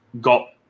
got